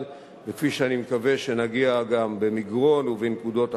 וכפי שאני מקווה שנגיע גם במגרון ובנקודות אחרות,